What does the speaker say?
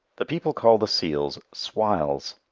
the people call the seals swiles.